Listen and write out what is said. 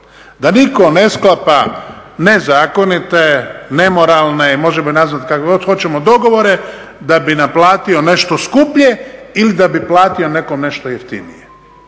Da nitko ne sklapa nezakonite, nemoralne, možemo ih nazvati kako god hoćemo, dogovore da bi naplatio nešto skuplje ili da bi platio nekom nešto jeftinije.